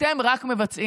אתם רק מבצעים.